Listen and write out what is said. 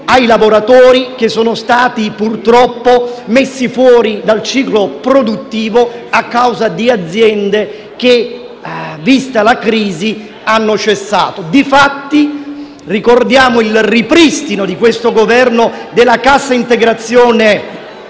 ai lavoratori che, purtroppo, sono stati estromessi dal ciclo produttivo a causa di aziende che, vista la crisi, hanno cessato. Difatti, ricordiamo il ripristino, da parte di questo Governo, della cassa integrazione